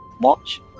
watch